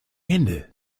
hände